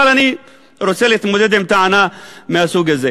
אבל אני רוצה להתמודד עם טענה מהסוג הזה.